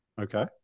Okay